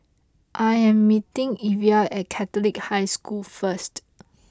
I am meeting Evia at Catholic High School first